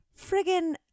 Friggin